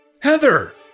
heather